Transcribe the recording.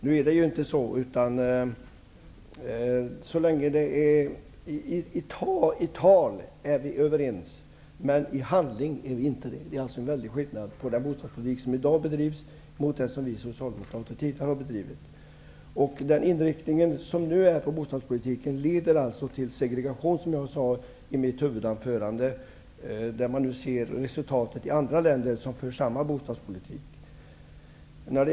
Nu är det ju inte på det sättet. I tal är vi överens, men inte i handling. Det är alltså en mycket stor skillnad mellan den bostadspolitik som förs i dag och den som vi socialdemokrater tidigare har bedrivit. Den nuvarande inriktningen av bostadspolitiken leder till segregation, vilket jag sade i mitt huvudanförande. Man kan se resultatet av en sådan politik i andra länder som för samma bostadspolitik.